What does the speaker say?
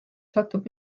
satub